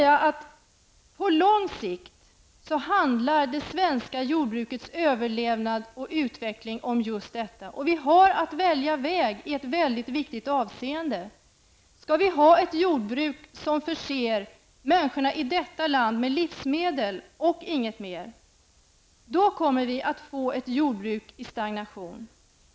På lång sikt handlar det svenska jordbrukets överlevnad och utveckling om just detta. Vi har att välja väg i ett väldigt viktigt avseende. Skall vi ha ett jordbruk som förser människorna i detta land med livsmedel och inget mer? I så fall kommer vi att få ett jordbruk i stagnation.